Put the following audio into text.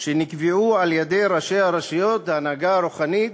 שנקבעו על-ידי ראשי הרשויות, ההנהגה הרוחנית,